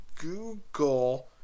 Google